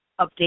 update